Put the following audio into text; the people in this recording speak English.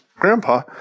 grandpa